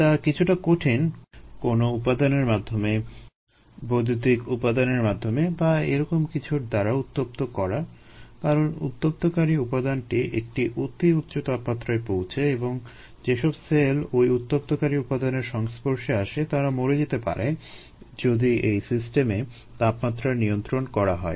এটা কিছুটা কঠিন কোনো উপাদানের মাধ্যমে বৈদ্যুতিক উপাদানের মাধ্যমে বা এরকম কিছুর দ্বারা উত্তপ্ত করা কারণ উত্তপ্তকারী উপাদানটি একটি অতি উচ্চ তাপমাত্রায় পৌঁছে এবং যেসব সেল ওই উত্তপ্তকারী উপাদানের সংস্পর্শে আসে তারা মরে যেতে পারে যদি এই সিস্টেমে তাপমাত্রা নিয়ন্ত্রণ করা হয়